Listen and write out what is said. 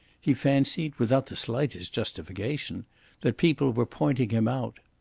he fancied without the slightest justification that people were pointing him out.